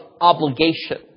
obligation